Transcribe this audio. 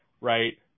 right